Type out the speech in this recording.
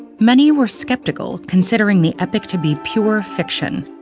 many were skeptical, considering the epic to be pure fiction,